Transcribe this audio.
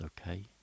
okay